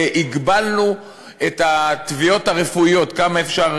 הגבלנו את התביעות הרפואיות, כמה אפשר